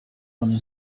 one